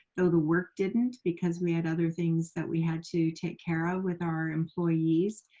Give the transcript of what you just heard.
though the work didn't, because we had other things that we had to take care of with our employees.